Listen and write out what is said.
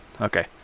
Okay